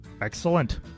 Excellent